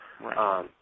Right